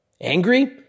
Angry